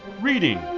Reading